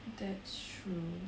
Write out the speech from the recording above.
that's true